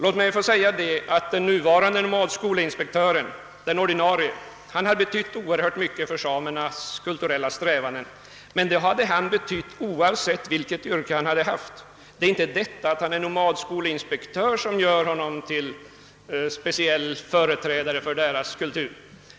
Den nuvarande ordinarie nomadskolinspektören har betytt oerhört mycket för samernas kulturella strävanden, men det hade han gjort oavsett vilket yrke han hade haft. Det är inte det faktum att han är nomadskolinspektör som gör honom till speciell företrädare för samernas kultur.